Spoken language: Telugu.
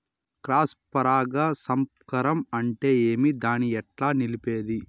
క్రాస్ పరాగ సంపర్కం అంటే ఏమి? దాన్ని ఎట్లా నిలిపేది?